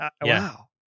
Wow